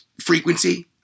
frequency